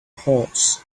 horse